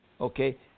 Okay